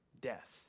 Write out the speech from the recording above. death